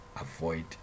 avoid